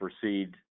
proceed